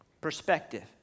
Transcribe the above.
Perspective